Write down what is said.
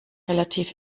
relativ